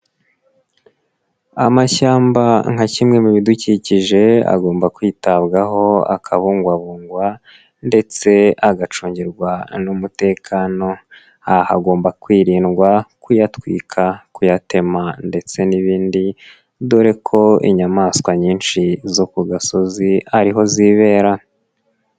Amashyamba nka kimwe mu bidukikije agomba kwitabwaho akabugwabungwa ndetse agacungirwa n'umutekano aha hagomba kwirindwa kuyatwika kuyatema ndetse n'ibindi dore ko inyamaswa nyinshi zo ku gasozi ariho zibera.